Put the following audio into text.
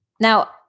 Now